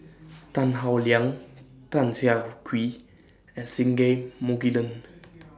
Tan Howe Liang Tan Siah Kwee and Singai Mukilan